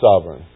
sovereign